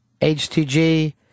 HTG